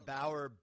Bauer